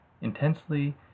intensely